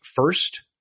first